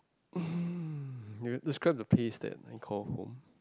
describe the place that I call home